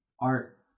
art